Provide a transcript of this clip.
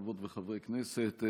חברות וחברי כנסת,